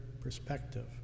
perspective